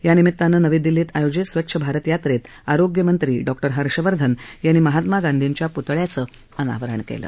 यानिमित्तानं दिल्लीत आयोजित स्वच्छ भारत यात्रेत आरोग्यमंत्री डॉ हर्षवर्धन यांनी महात्मा गांधीच्या पुतळ्याचं अनावरण केलं